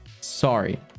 Sorry